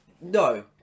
No